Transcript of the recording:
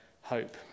hope